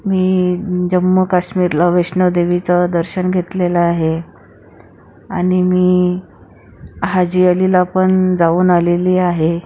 मी जम्मू काश्मीरला वैष्णवदेवीचं दर्शन घेतलेलं आहे आणि मी हाजी अलीलापण जाऊन आलेली आहे